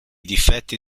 difetti